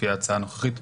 לפי ההצעה הנוכחית,